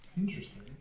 Interesting